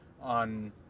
On